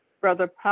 Brother